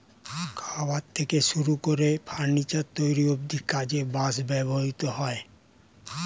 খাবার থেকে শুরু করে ফার্নিচার তৈরি অব্ধি কাজে বাঁশ ব্যবহৃত হয়